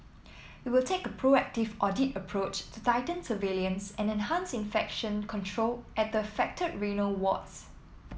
it will take a proactive audit approach to tighten surveillance and enhance infection control at the affected renal wards